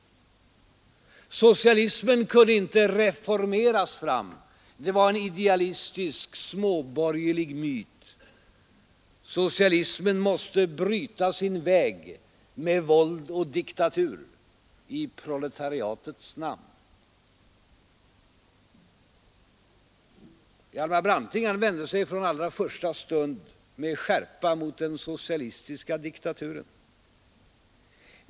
Socialismen kunde inte reformeras fram, det var en idealistisk, småborgerlig myt. Socialismen måste bryta sin väg med våld och diktatur — i proletariatets namn. Hjalmar Branting vände sig från första stund med skärpa mot den socialistiska diktaturen.